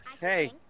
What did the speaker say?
Hey